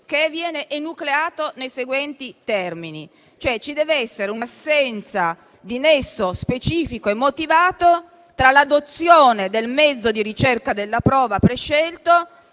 esso viene enucleato nei seguenti termini, cioè ci dev'essere un'assenza di nesso specifico e motivato tra l'adozione del mezzo di ricerca della prova prescelto